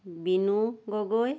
Binu Gogoi